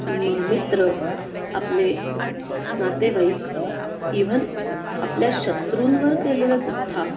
मग मित्र आपले नातेवाईक इव्हन आपल्या शत्रूंवर केलेलंसुद्धा